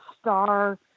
star